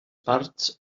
parts